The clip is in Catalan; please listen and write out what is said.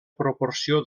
proporció